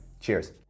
Cheers